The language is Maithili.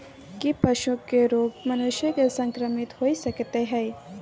की पशुओं के रोग मनुष्य के संक्रमित होय सकते है?